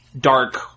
dark